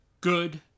good